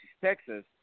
Texas